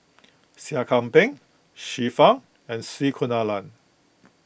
Seah Kian Peng Xiu Fang and C Kunalan